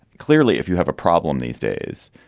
clearly, if you have a problem these days,